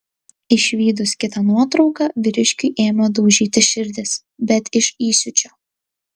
išvydus kitą nuotrauką vyriškiui ėmė daužytis širdis bet iš įsiūčio